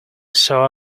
saw